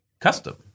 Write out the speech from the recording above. custom